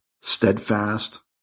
steadfast